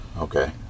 Okay